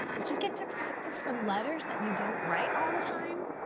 did you get to practice some letters that you don't write all the time?